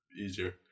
easier